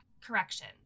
correction